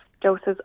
doses